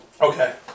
Okay